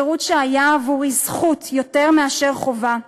שירות שהיה עבורי זכות יותר מאשר חובה,